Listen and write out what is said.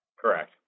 Correct